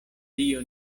dio